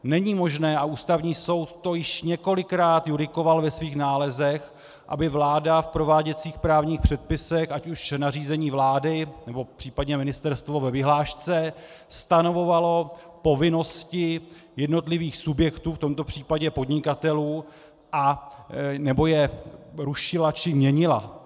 Není možné, a Ústavní soud to již několikrát judikoval ve svých nálezech, aby vláda v prováděcích právních předpisech, ať už nařízení vlády, nebo ministerstvo ve vyhlášce, stanovovala povinnosti jednotlivých subjektů, v tomto případě podnikatelů, nebo je rušila či měnila.